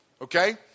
okay